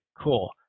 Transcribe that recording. cool